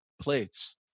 plates